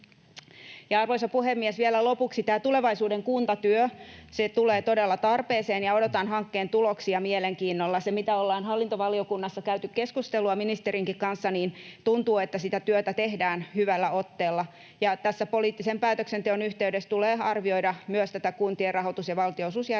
Arvoisa puhemies! Vielä lopuksi: Tämä Tulevaisuuden kunta ‑työ tulee todella tarpeeseen, ja odotan hankkeen tuloksia mielenkiinnolla. Mitä ollaan hallintovaliokunnassa käyty keskustelua ministerinkin kanssa, tuntuu, että sitä työtä tehdään hyvällä otteella, ja tässä poliittisen päätöksenteon yhteydessä tulee arvioida myös näitä kuntien rahoitus- ja valtionosuusjärjestelmän